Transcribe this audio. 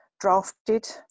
drafted